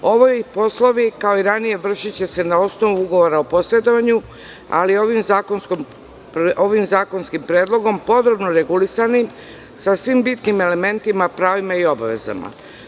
Ovi poslovi, kao i ranije, vršiće se na osnovu ugovora o posredovanju, ali ovim zakonskim predlogom podrobno regulisani, sa svim bitnim elementima, pravima i obavezama.